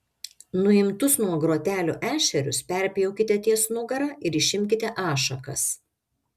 nuimtus nuo grotelių ešerius perpjaukite ties nugara ir išimkite ašakas